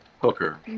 Hooker